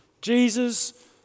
Jesus